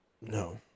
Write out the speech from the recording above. No